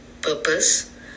Purpose